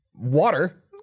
Water